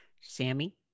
Sammy